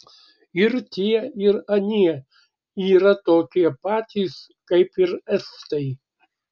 ir tie ir anie yra tokie patys kaip ir estai